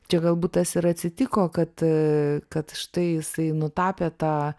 čia galbūt tas ir atsitiko kad kad štai jisai nutapė tą